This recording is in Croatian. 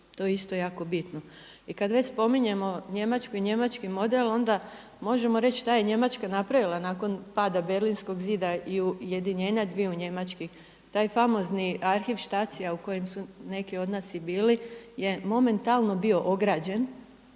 To je isto jako bitno. I kad već spominjemo Njemačku i njemački model, onda možemo reći šta je Njemačka napravila nakon pada Berlinskog zida i ujedinjenja dviju Njemački. Taj famozni arhiv Stacie u kojem su neki od nas i bili je momentalno bio ograđen